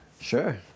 Sure